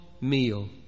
meal